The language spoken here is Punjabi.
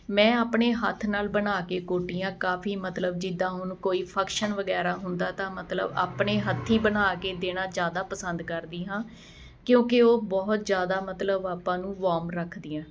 ਮੈਂ ਆਪਣੇ ਹੱਥ ਨਾਲ ਬਣਾ ਕੇ ਕੋਟੀਆਂ ਕਾਫੀ ਮਤਲਬ ਜਿੱਦਾਂ ਹੁਣ ਕੋਈ ਫੰਕਸ਼ਨ ਵਗੈਰਾ ਹੁੰਦਾ ਤਾਂ ਮਤਲਬ ਆਪਣੇ ਹੱਥੀਂ ਬਣਾ ਕੇ ਦੇਣਾ ਜ਼ਿਆਦਾ ਪਸੰਦ ਕਰਦੀ ਹਾਂ ਕਿਉਂਕਿ ਉਹ ਬਹੁਤ ਜ਼ਿਆਦਾ ਮਤਲਬ ਆਪਾਂ ਨੂੰ ਵਾਰਮ ਰੱਖਦੀਆਂ